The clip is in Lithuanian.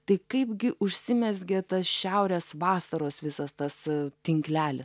tai kaipgi užsimezgė tas šiaurės vasaros visas tas tinklelis